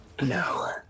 No